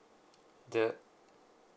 the